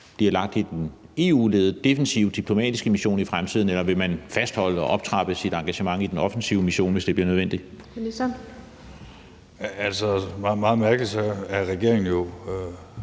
bliver lagt i den EU-ledede defensive diplomatiske mission i fremtiden, eller vil man fastholde og optrappe sit engagement i den offensive mission, hvis det bliver nødvendigt? Kl. 12:13 Den fg. formand